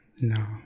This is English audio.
No